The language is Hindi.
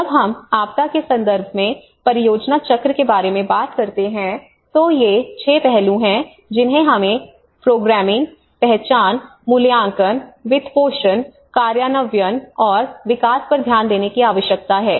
जब हम आपदा के संदर्भ में परियोजना चक्र के बारे में बात करते हैं तो ये 6 पहलू हैं जिन्हें हमें प्रोग्रामिंग पहचान मूल्यांकन वित्तपोषण कार्यान्वयन और विकास पर ध्यान देने की आवश्यकता है